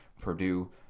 Purdue